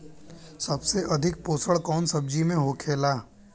सबसे अधिक पोषण कवन सब्जी में होखेला?